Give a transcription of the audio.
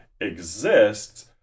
exists